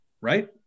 right